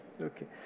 Okay